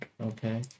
okay